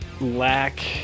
lack